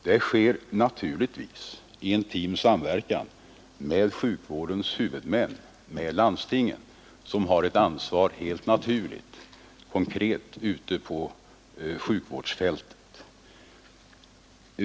Det sker naturligtvis i intim samverkan med sjukvårdens huvudmän och med landstingen, som har ett konkret ansvar ute på sjukhusfältet.